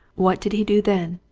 what did he do then?